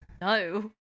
No